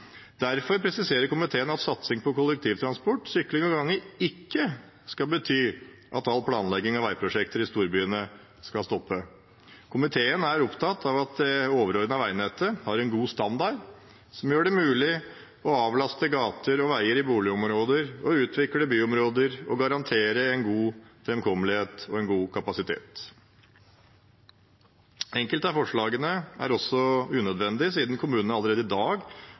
Derfor presiserer komiteen at satsing på kollektivtransport, sykkel og gange ikke skal bety at all planlegging av veiprosjekter i storbyene skal stoppes. Komiteen er opptatt av at det overordnede veinettet har en god standard, som gjør det mulig å avlaste gater og veier i boligområder, utvikle byområder og garantere god framkommelighet og god kapasitet. Enkelte av forslagene er også unødvendige, siden kommunene allerede i dag